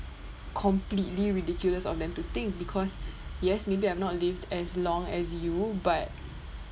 completely ridiculous of them to think because yes maybe I'm not lived as long as you but